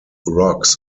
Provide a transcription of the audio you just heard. rocks